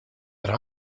der